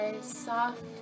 soft